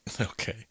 Okay